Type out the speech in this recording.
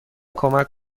کمک